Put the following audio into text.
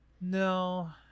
no